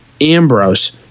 Ambrose